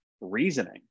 reasoning